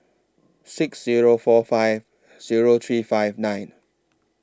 six Zero four five Zero three five nine